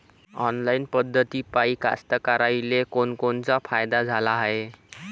Online पद्धतीपायी कास्तकाराइले कोनकोनचा फायदा झाला हाये?